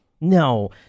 No